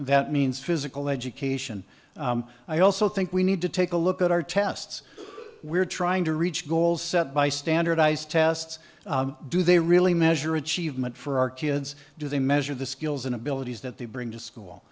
that means physical education i also think we need to take a look at our tests we're trying to reach goals set by standardized tests do they really measure achievement for our kids do they measure the skills and abilities that they bring to school